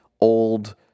old